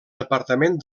departament